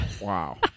Wow